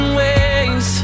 ways